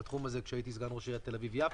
בתחום הזה כשהייתי סגן ראש עיריית תל-אביב-יפו